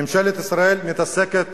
ממשלת ישראל מתעסקת